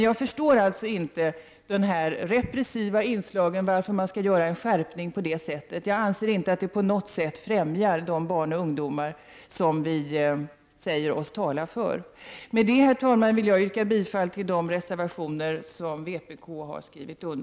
Jag förstår alltså inte att man skall skärpa de repressiva inslagen. Jag anser inte att det på något sätt främjar de barn och ungdomar som vi säger oss tala för. Med detta, herr talman, yrkar jag bifall till alla de reservationer där vpk finns med.